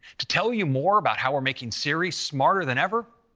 to tell you more about how we're making siri smarter than ever,